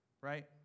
right